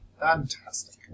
Fantastic